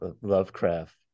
lovecraft